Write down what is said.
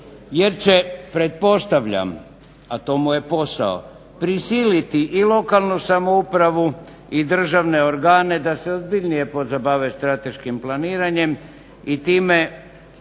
jer će pretpostavljam, a to mu je posao, prisiliti i lokalnu samoupravu i državne organe da se ozbiljnije pozabave strateškim planiranjem i time što